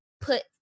put